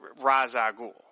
Razagul